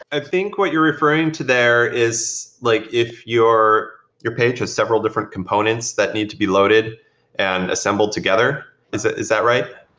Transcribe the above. i think what you're referring to there is like if you're your page has several different components that need to be loaded and assembled together. is ah is that right?